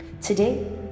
today